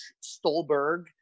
Stolberg